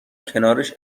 کنارش